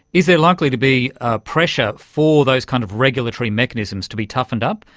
is there likely to be ah pressure for those kind of regulatory mechanisms to be toughened up,